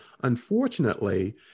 unfortunately